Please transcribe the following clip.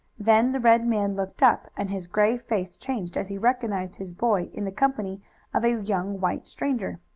then the red man looked up, and his grave face changed as he recognized his boy in the company of a young white stranger.